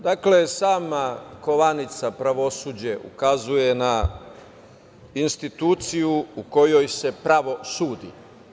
Dakle, sama kovanica pravosuđe ukazuje na instituciju u kojoj se pravo sudi.